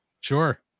Sure